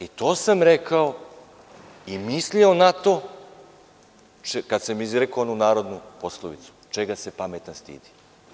I to sam rekao i mislio na to kada sam izrekao onu narodnu poslovicu: „Čega se pametan stidi…